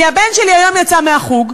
כי הבן שלי היום יצא מהחוג,